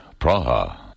Praha